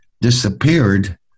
disappeared